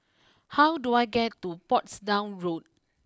how do I get to Portsdown Road